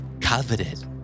Coveted